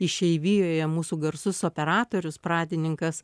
išeivijoje mūsų garsus operatorius pradininkas